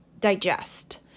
digest